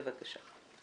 בבקשה.